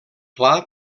clar